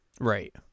Right